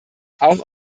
auch